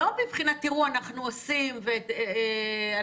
לא בבחינת תראו אנחנו עושים ואנחנו